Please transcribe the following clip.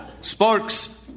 Sparks